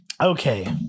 Okay